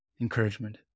Encouragement